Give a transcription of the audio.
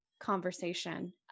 conversation